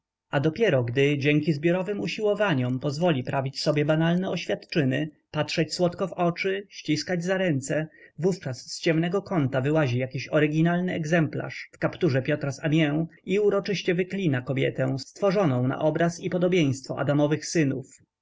a dopiero gdy dzięki zbiorowym usiłowaniom pozwoli prawić sobie banalne oświadczyny patrzeć słodko w oczy ściskać za ręce wówczas z ciemnego kąta wyłazi jakiś oryginalny egzemplarz w kapturze piotra z amiens i uroczyście wyklina kobietę stworzoną na obraz i podobieństwo adamowych synów